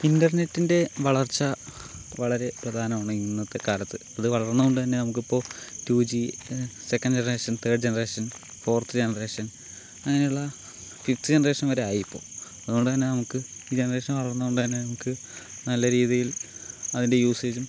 ഇൻ്റർനെറ്റിൻ്റെ വളർച്ച വളരെ പ്രധാനമാണ് ഇന്നത്തെ കാലത്ത് അത് വളർന്നതുകൊണ്ട് തന്നെ നമുക്കിപ്പോൾ two G second generation third generation fourth generation അങ്ങനെയുള്ള ഫിഫ്ത് ജെനറേഷൻ വരെ ആയി ഇപ്പോൾ അതുകൊണ്ടു തന്നെ നമുക്ക് ഈ ജെനറേഷൻ വളർന്നതു കൊണ്ട് തന്നെ നമുക്ക് നല്ല രീതിയിൽ അതിൻ്റെ യൂസേജും